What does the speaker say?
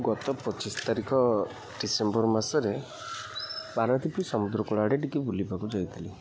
ଗତ ପଚିଶ ତାରିଖ ଡିସେମ୍ବର ମାସରେ ପାରାଦ୍ୱୀପ ସମୁଦ୍ରକୂଳ ଆଡ଼େ ଟିକେ ବୁଲିବାକୁ ଯାଇଥିଲି